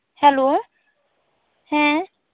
hello ᱦᱮᱸ